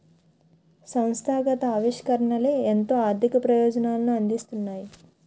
సంస్థాగత ఆవిష్కరణలే ఎంతో ఆర్థిక ప్రయోజనాలను అందిస్తున్నాయి